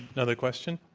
another question?